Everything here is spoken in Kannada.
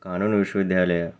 ಕಾನೂನು ವಿಶ್ವವಿದ್ಯಾಲಯ